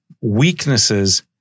weaknesses